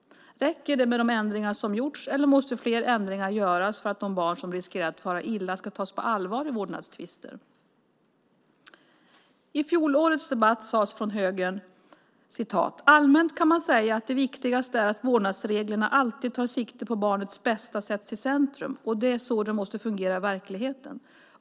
Räcker de ändringar som har gjorts, eller måste fler ändringar göras för att de barn som riskerar att fara illa ska tas på allvar i vårdnadstvister? I fjolårets debatt sades från högern: "Allmänt kan man säga att det viktigaste är att vårdnadsreglerna alltid tar sikte på att barnets bästa sätts i centrum, och det är så det måste fungera i verkligheten.